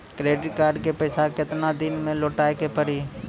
Credit card के पैसा केतना दिन मे लौटाए के पड़ी?